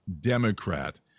Democrat